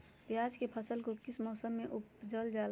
प्याज के फसल को किस मौसम में उपजल जाला?